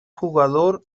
jugador